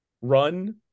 run